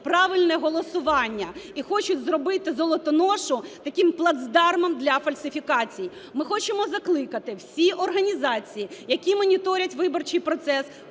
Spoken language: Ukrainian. "правильне" голосування і хочуть зробити Золотоношу таким плацдармом для фальсифікацій. Ми хочемо закликати всі організації, які моніторять виборчий процес,